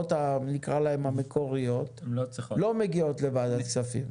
לא מגיעות לוועדת כספים.